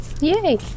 Yay